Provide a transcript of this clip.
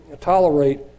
tolerate